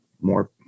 more